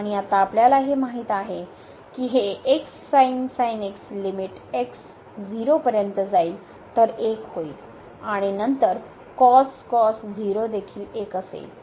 तर आणि आता आपल्याला हे माहित आहे की हे लिमिट x 0 पर्यंत जाईल तर 1 होईल आणि नंतर देखील 1 असेल